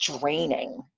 draining